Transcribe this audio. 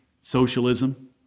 socialism